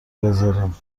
بذاریم